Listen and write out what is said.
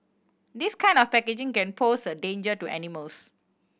this kind of packaging can pose a danger to animals